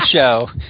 show